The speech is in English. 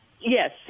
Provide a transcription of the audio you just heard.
Yes